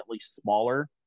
smaller